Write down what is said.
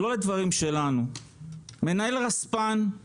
לא לדברים שלנו אלא למנהל רשות הספנות והנמלים,